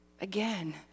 Again